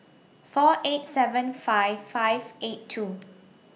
four eight seven five five eight two